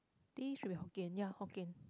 teh should be Hokkien ya Hokkien